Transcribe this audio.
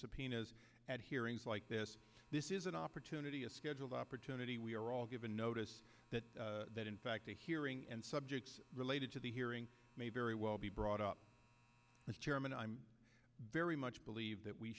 subpoenas at hearings like this this is an opportunity a scheduled opportunity we are all given notice that that in fact the hearing and subjects related to the hearing may very well be brought up as chairman i'm very much believe that we